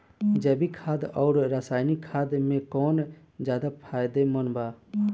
जैविक खाद आउर रसायनिक खाद मे कौन ज्यादा फायदेमंद बा?